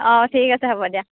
অঁ ঠিক আছে হ'ব দিয়া